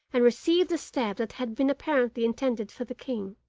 and received the stab that had been apparently intended for the king.